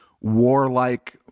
warlike